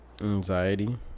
anxiety